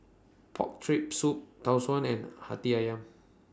Pork Rib Soup Tau Suan and Hati Ayam